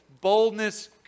Boldness